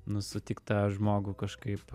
nu sutikt tą žmogų kažkaip